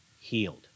healed